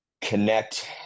connect